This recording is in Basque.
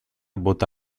bota